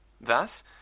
Thus